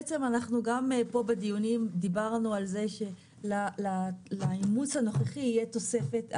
גם בדיונים פה דיברנו על כך שלאימוץ הנוכחי תהיה תוספת,